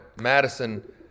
Madison